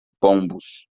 pombos